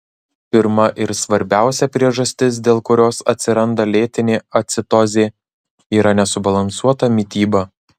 pirma ir svarbiausia priežastis dėl kurios atsiranda lėtinė acidozė yra nesubalansuota mityba